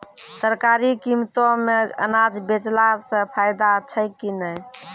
सरकारी कीमतों मे अनाज बेचला से फायदा छै कि नैय?